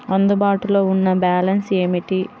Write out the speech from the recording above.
అందుబాటులో ఉన్న బ్యాలన్స్ ఏమిటీ?